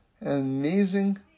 Amazing